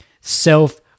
self